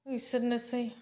बिसोरनोसै